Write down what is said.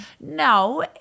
no